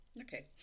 okay